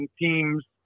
teams